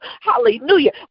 hallelujah